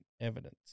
evidence